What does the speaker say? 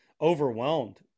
overwhelmed